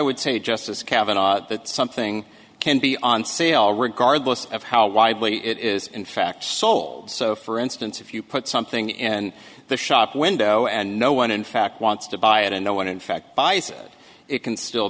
would say justice kavanagh that something can be on sale regardless of how widely it is in fact sold so for instance if you put something in the shop window and no one in fact wants to buy it and no one in fact bison it can still